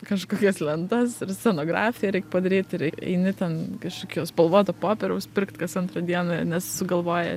kažkokias lentas ir scenografiją reik padaryt ir eini ten kažkokio spalvoto popieriaus pirkt kas antrą dieną nes sugalvojai